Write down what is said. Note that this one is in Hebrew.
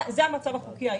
זה המצב החוקי היום.